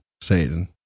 Satan